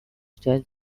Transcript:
style